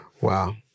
Wow